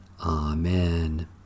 Amen